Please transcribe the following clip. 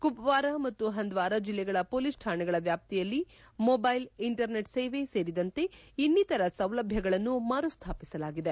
ಕುಪ್ವಾರಾ ಮತ್ತು ಹಂದ್ವಾರಾ ಜಿಲ್ಲೆಗಳ ಹೊಲೀಸ್ ಕಾಣೆಗಳ ವ್ಚಾಪ್ತಿಯಲ್ಲಿ ಮೊಬೈಲ್ ಇಂಟರ್ನೆಟ್ ಸೇವೆ ಸೇರಿದಂತೆ ಇನ್ನಿತರ ಸೌಲಭ್ಯಗಳನ್ನು ಮರು ಸ್ಥಾಪಿಸಲಾಗಿದೆ